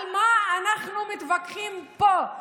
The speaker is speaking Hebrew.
על מה אנחנו מתווכחים פה?